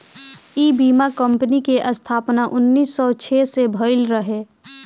इ बीमा कंपनी के स्थापना उन्नीस सौ छह में भईल रहे